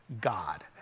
god